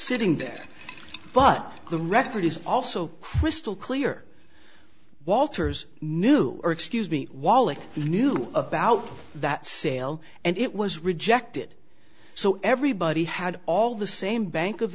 sitting there but the record is also crystal clear walters knew or excuse me while i knew about that sale and it was rejected so everybody had all the same bank of